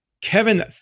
Kevin